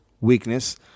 weakness